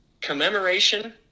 commemoration